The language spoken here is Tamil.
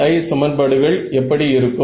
BI சமன்பாடுகள் எப்படி இருக்கும்